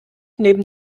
neben